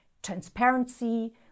transparency